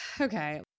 Okay